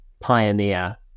pioneer